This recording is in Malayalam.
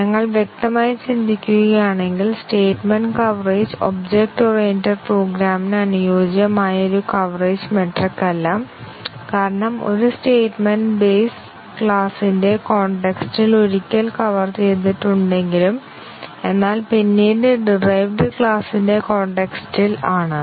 ഞങ്ങൾ വ്യക്തമായി ചിന്തിക്കുകയാണെങ്കിൽ സ്റ്റേറ്റ്മെന്റ് കവറേജ് ഒബ്ജക്റ്റ് ഓറിയന്റഡ് പ്രോഗ്രാമിന് അനുയോജ്യമായ ഒരു കവറേജ് മെട്രിക് അല്ല കാരണം ഒരു സ്റ്റേറ്റ്മെന്റ് ബേസ് ക്ലാസിന്റെ കോൺടെക്സ്റ്റ് ഇൽ ഒരിക്കൽ കവർ ചെയ്തിട്ടുണ്ടെങ്കിലും എന്നാൽ പിന്നീട് ഡിറൈവ്ഡ് ക്ലാസ് ന്റ്റെ കോൺടെക്സ്റ്റ് ഇൽ ആണ്